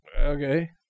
Okay